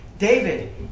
David